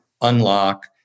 unlock